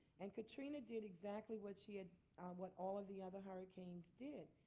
and katrina did exactly what she ah what all of the other hurricanes did.